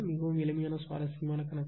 மிகவும் எளிமையான சுவாரஸ்யமான கணக்கு